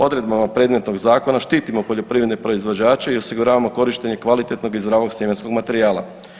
Odredbama predmetnog zakona štitimo poljoprivredne proizvođače i osiguravamo korištenje kvalitetnog i zdravog sjemenskog materijala.